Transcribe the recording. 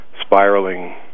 spiraling